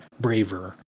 braver